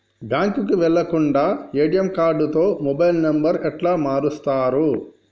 బ్యాంకుకి వెళ్లకుండా ఎ.టి.ఎమ్ కార్డుతో మొబైల్ నంబర్ ఎట్ల మారుస్తరు?